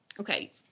Okay